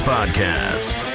Podcast